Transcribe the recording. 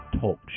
Talk